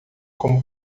como